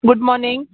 good morning